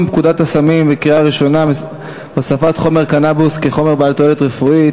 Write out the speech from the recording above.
פקודת הסמים (הוספת חומר קנבוס כחומר בעל תועלת רפואית),